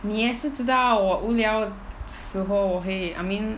你是知道我无聊时候我会 I mean